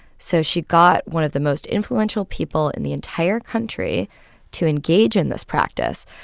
so she got one of the most influential people in the entire country to engage in this practice.